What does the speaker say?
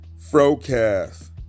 Frocast